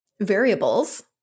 variables